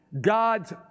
God's